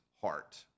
heart